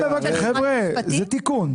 חבר'ה, זה תיקון.